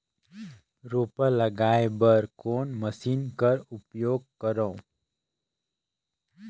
रोपा लगाय बर कोन मशीन कर उपयोग करव?